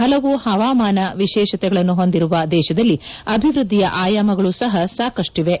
ಹಲವು ಹವಾಮಾನ ವಿಶೇಷತೆಗಳನ್ನು ಹೊಂದಿರುವ ದೇಶದಲ್ಲಿ ಅಭಿವೃದ್ಧಿಯ ಆಯಾಮಗಳು ಸಹ ಸಾಕಷ್ಟಿವೆ